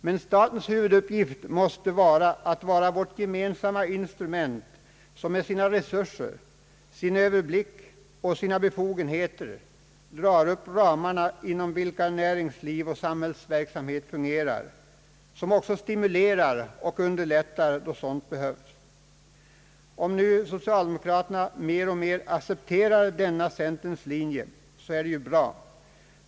Men statens huvuduppgift är att vara vårt gemensamma instrument, som med sina resurser, sin överblick och sina befogenheter drar upp de ramar inom vilka näringsliv och samhällsverksamhet fungerar, och som stimulerar och underlättar då så behövs. Om nu socialdemokraterna mer och mer accpeterar denna centerns linje så är det bra.